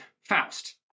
Faust